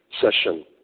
Session